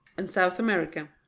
and south america.